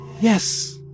Yes